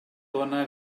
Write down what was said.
dóna